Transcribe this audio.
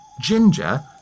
ginger